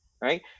right